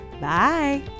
Bye